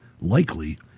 Likely